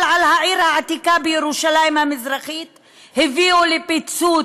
על העיר העתיקה בירושלים המזרחית הביאו לפיצוץ,